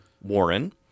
Warren